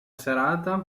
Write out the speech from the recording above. serata